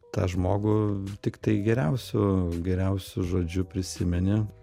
tą žmogų tiktai geriausiu geriausiu žodžiu prisimeni